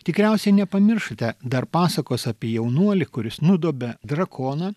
tikriausiai nepamiršote dar pasakos apie jaunuolį kuris nudobė drakoną